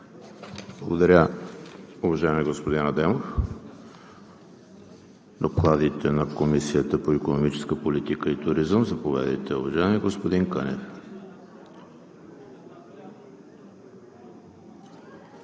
Благодаря, уважаеми господин Адемов. Докладът на Комисията по икономическа политика и туризъм – заповядайте, господин Кънев.